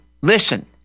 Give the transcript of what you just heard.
listen